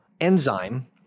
enzyme